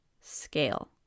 scale